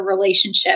relationship